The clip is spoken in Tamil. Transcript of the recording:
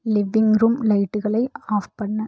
லிவிங் ரூம் லைட்டுகளை் ஆஃப் பண்ணு